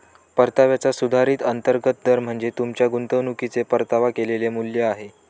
परताव्याचा सुधारित अंतर्गत दर म्हणजे तुमच्या गुंतवणुकीचे परतावा केलेले मूल्य आहे